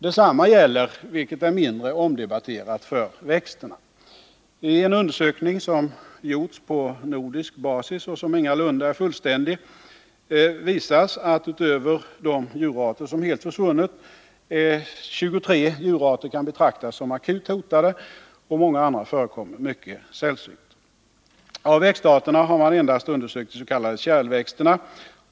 Detsamma gäller — vilket är mindre omdebatterat — för växterna. I en undersökning som gjorts på nordisk basis och som ingalunda är fullständig visas att utöver de djurarter som helt försvunnit 23 djurarter kan betraktas som akut hotade och många andra förekommer mycket sällsynt. Av växtarterna har man endast undersökt de s.k. kärlväxterna.